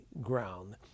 ground